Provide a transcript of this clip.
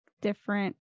different